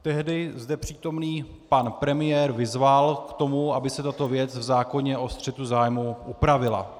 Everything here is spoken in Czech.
Tehdy zde přítomný pan premiér vyzval k tomu, aby se tato věc v zákoně o střetu zájmů upravila.